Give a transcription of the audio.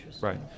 Right